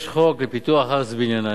יש חוק לפיתוח הארץ ובניינה.